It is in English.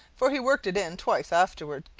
for he worked it in twice afterward,